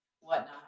whatnot